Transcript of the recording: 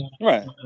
Right